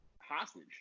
hostage